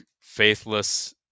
faithless